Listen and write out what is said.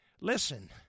listen